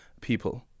people